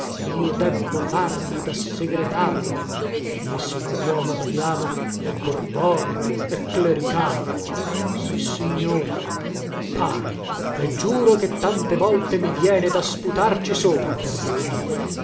io debbo fargli da segretario degnissimo uomo badiamo ma borbonico e clericale sissignore pane le giuro che tante volte mi viene da sputarci sopra perdoni